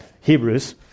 Hebrews